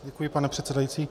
Děkuji, pane předsedající.